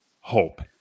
hope